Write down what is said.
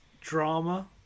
drama